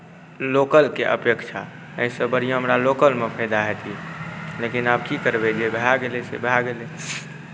लोकलके अपेक्षा एहिसँ बढ़िआँ हमरा लोकलमे फायदा होइतै लेकिन आब की करबै जे भए गेलै से भए गेलै